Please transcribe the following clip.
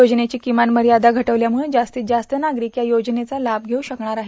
येजनेची किमान मर्यादा घटवल्यामुळे जास्तीत जास्त नागरीक या योजनेचा लाभ घेऊ शकणार आहे